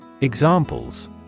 Examples